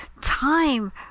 time